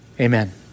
Amen